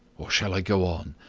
or shall i go on?